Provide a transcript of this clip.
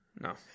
No